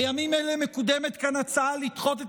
בימים אלה מקודמת כאן הצעה לדחות את